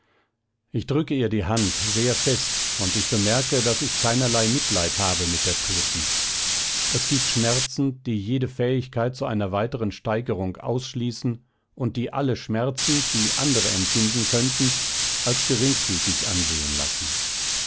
ich drücke ihr die hand sehr fest und ich bemerke daß ich keinerlei mitleid habe mit der toten es gibt schmerzen die jede fähigkeit zu einer weiteren steigerung ausschließen und die alle schmerzen die andere empfinden könnten als geringfügig ansehen lassen